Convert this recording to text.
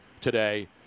today